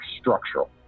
structural